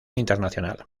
internacional